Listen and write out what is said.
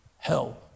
Hell